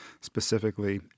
specifically